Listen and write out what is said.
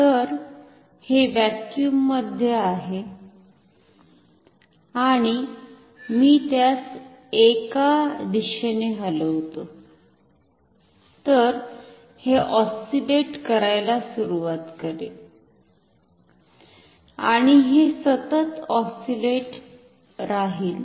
तर हे व्हॅक्यूममध्ये आहे आणि मी त्यास एका दिशेने हलवितो तर हे ऑस्सिलेट करायला सुरुवात करेल आणि हे सतत ऑस्सिलेट राहील